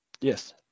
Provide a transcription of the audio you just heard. yes